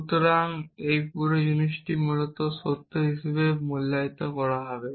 সুতরাং এই পুরো জিনিসটি মূলত সত্য হিসাবে মূল্যায়ন করা হবে